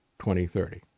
2030